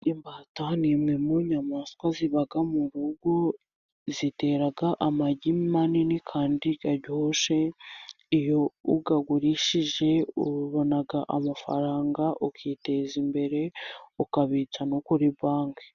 Imbata ni imwe mu nyamaswa ziba mu rugo, zitera amagi manini kandi aryoshye. Iyo uyagurishije ubona amafaranga ukiteza imbere, ukabitsa no kuri banki.